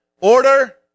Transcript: order